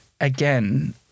again